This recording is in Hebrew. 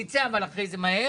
תצא אבל אחרי זה מהר,